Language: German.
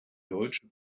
deutsche